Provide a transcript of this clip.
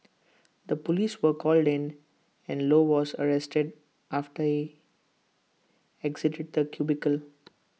the Police were called in and low was arrested after he exited the cubicle